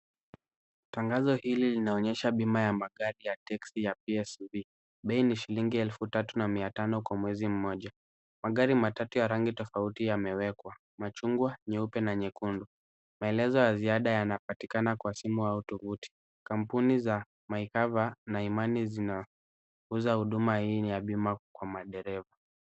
Tangazo hili linaonyesha bima ya magari ya texi ya PSV. Bei ni shilingi elfu tatu na mia tano kwa mwezi mmoja. Magari matatu ya rangi tofauti yamewekwa, machungwa, nyeupe na nyekundu. Maelezo ya ziada yanapatikana kwa simu au tuvuti. Kampuni za MyKava na Imani zinauza huduma hii ya bima kwa madereva.